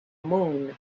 moon